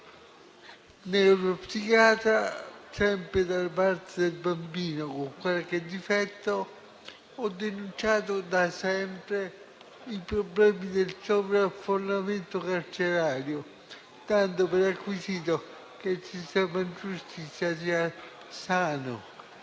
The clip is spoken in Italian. neuropsichiatra, sempre dalla parte del bambino, con qualche difetto, ho denunciato da sempre i problemi del sovraffollamento carcerario, dando per acquisito che il sistema della giustizia sia sano,